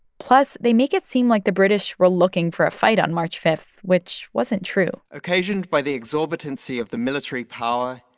plus, they make it seem like the british were looking for a fight on march five, which wasn't true occasioned by the exorbitancy of the military power,